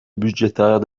budgétaire